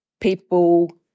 people